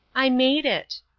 i made it.